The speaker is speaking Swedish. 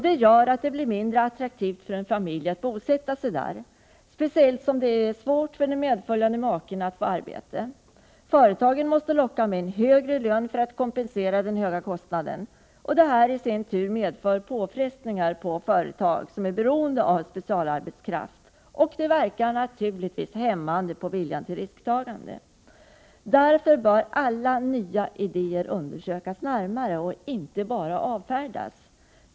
Det gör att det blir mindre attraktivt för en familj att bosätta sig där, speciellt som det är svårt för den medföljande maken att få arbete. Företagen måste locka med högre lön. Det medför i sin tur påfrestningar på företag som är beroende av specialarbetskraft, och det verkar naturligtvis hämmande på viljan till risktagande. Därför bör alla nya idéer undersökas närmare och inte bara avfärdas.